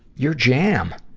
your jam.